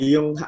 Yung